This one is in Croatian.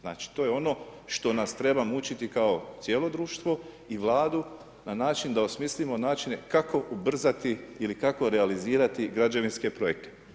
Znači to je ono što nas treba mučiti kao cijelo društvo i Vladu na način da osmislimo načine kako ubrzati ili kako realizirati građevinske projekte.